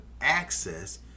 access